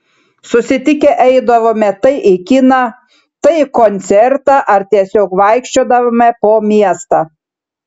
susitikę eidavome tai į kiną tai į koncertą ar tiesiog vaikščiodavome po miestą